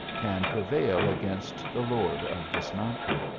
can prevail against the lord of this mountain.